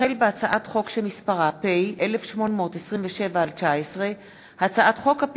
החל בהצעת חוק פ/1827/19 וכלה בהצעת חוק פ/1862/19,